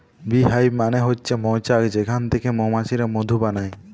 bee hive মানে হচ্ছে মৌচাক যেখান থিকে মৌমাছিরা মধু বানায়